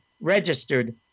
registered